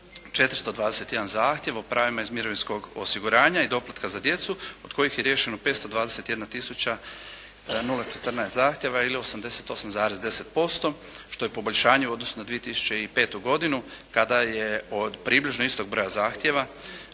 421 zahtjev o pravima iz mirovinskog osiguranja i doplatka za djecu od kojih je riješeno 521 tisuća 014 zahtjeva ili 88,10% što je poboljšanje u odnosu na 2005. godinu kada je od približno istog broja zahtjeva